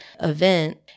event